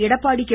Edappadi K